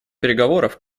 переговоров